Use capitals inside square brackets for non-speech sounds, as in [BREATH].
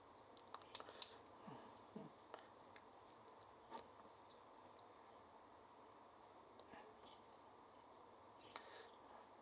[BREATH]